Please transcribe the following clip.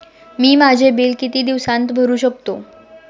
मी माझे बिल किती दिवसांत भरू शकतो?